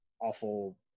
awful